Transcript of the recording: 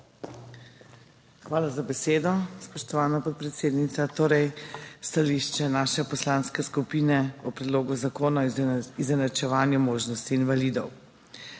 Hvala za besedo, spoštovana podpredsednica. Stališče naše poslanske skupine o predlogu zakona o izenačevanju možnosti invalidov.